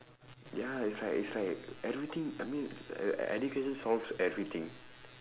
ya it's like it's like everything I mean e~ education solves everything